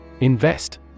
Invest